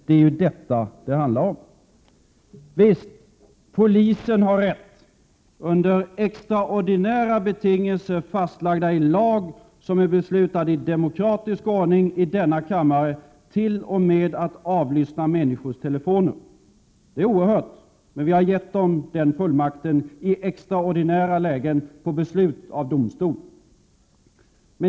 Det är ju vad det hela handlar om. Visst har polisen rätt att under extraordinära betingelser fastlagda i lag och beslutade i demokratisk ordning i denna kammare t.o.m. avlyssna människors telefoner. Detta är någonting oerhört. Men vi har gett polisen den fullmakten i extraordinära lägen, efter beslut av domstol.